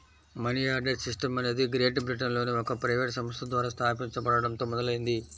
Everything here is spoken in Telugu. మనియార్డర్ సిస్టమ్ అనేది గ్రేట్ బ్రిటన్లోని ఒక ప్రైవేట్ సంస్థ ద్వారా స్థాపించబడటంతో మొదలైంది